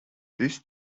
this